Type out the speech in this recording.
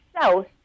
south